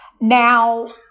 Now